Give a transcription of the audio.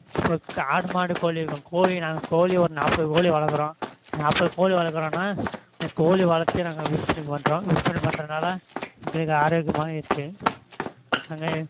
இப்போ ஆடு மாடு கோழி இருக்கும் கோழி நாங்கள் கோழி ஒரு நாற்பது கோழி வளர்க்குறோம் நாற்பது கோழி வளர்க்குறோன்னா கோழி வளர்த்து நாங்கள் விற்பனக்கு பண்ணுறோம் விற்பனை பண்ணுறதுனால எங்களுக்கு ஆரோக்கியமாக இருக்குது அங்கே